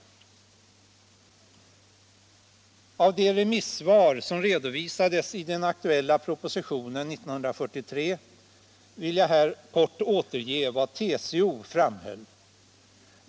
Av de remissvar som redovisades i den aktuella propositionen 1973 vill jag här återge vad TCO framhöll.